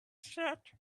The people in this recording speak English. said